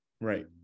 right